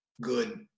good